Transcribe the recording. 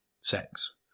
sex